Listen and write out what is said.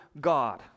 God